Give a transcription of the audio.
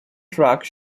track